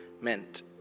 meant